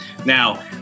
Now